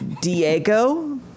Diego